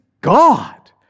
God